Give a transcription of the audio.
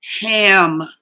Ham